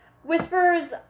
Whispers